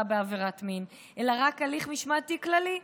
בעבירת מין אלא רק הליך משמעתי כללי.